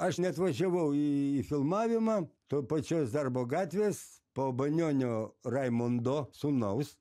aš neatvažiavau į filmavimą to pačios darbo gatvės po banionio raimondo sūnaus